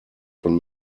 von